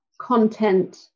content